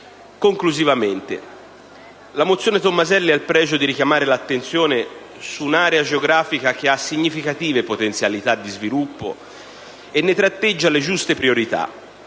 del senatore Tomaselli ha il pregio di richiamare l'attenzione su un'area geografica che ha significative potenzialità di sviluppo e ne tratteggia le giuste priorità.